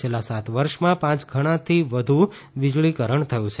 છેલ્લા સાત વર્ષમાં પાંચ ગણાથી વધુ વીજળીકરણ થયું છે